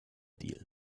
deal